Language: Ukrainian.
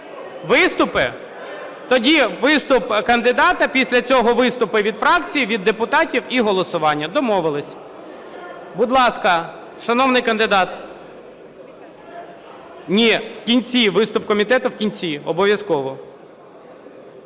Виступи? Тоді виступ кандидата, після цього виступи від фракцій, від депутатів, і голосування. Домовилися. Будь ласка, шановний кандидат. (Шум у залі) Ні! В кінці. Виступ комітету в кінці. Обов'язково.